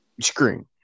screen